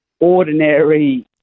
ordinary